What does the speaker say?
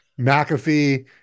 McAfee